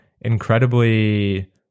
incredibly